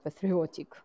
patriotic